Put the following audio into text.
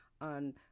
on